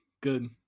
Good